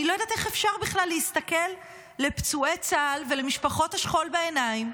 אני לא יודעת איך אפשר בכלל להסתכל לפצועי צה"ל ולמשפחות השכול בעיניים,